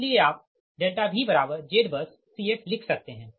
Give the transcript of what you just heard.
इसलिए आप VZBUSCf लिख सकते है